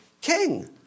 King